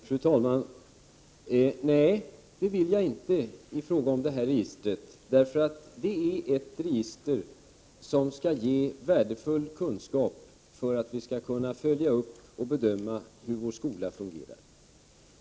Fru talman! Nej, det vill jag inte i fråga om det här registret. Det är nämligen ett register som skall ge värdefull kunskap för att vi skall kunna följa upp och bedöma hur vår skola fungerar.